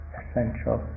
essential